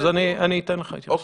אני אתן לך התייחסות.